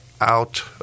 Out